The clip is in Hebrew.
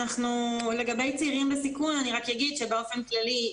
לגבי צעירים בסיכון אני רק אגיד שבאופן כללי,